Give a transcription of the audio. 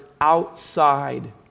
outside